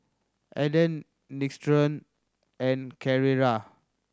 Aden Nixoderm and Carrera